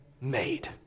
made